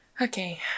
Okay